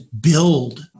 build